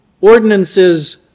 ordinances